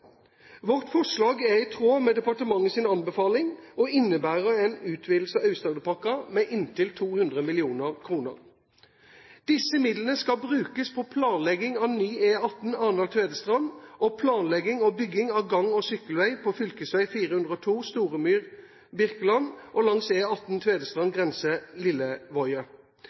Vårt forslag er i tråd med departementets anbefaling og innebærer en utvidelse av Aust-Agderpakken med inntil 200 mill. kr. Disse midlene skal brukes på planlegging av ny E18 Arendal–Tvedestrand og planlegging og bygging av gang- og sykkelvei på fylkesvei 402 Storemyr–Birkeland og langs E18 Tvedestrand